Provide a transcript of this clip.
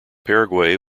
paraguay